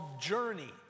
journey